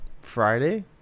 Friday